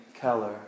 Keller